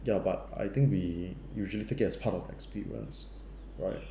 ya but I think we usually take it as part of experience right